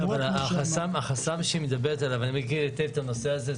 אני מכיר את היטב את החסם שהיא דיברה עליו.